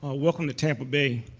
ah welcome to tampa bay.